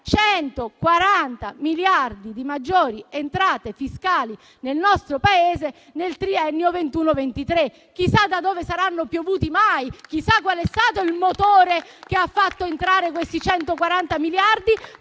140 miliardi di maggiori entrate fiscali nel nostro Paese nel triennio 2021-2023. Chissà da dove saranno piovuti mai! Chissà qual è stato il motore che ha fatto entrare questi 140 miliardi